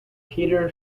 peter